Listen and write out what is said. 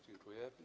Dziękuję.